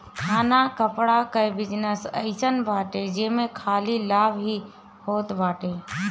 खाना कपड़ा कअ बिजनेस अइसन बाटे जेमे खाली लाभ ही होत बाटे